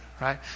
right